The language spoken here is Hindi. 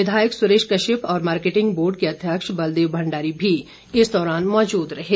विधायक सुरेश कश्यप और मार्केटिंग बोर्ड के अध्यक्ष बलदेव मंडारी भी इस दौरान उपस्थित थे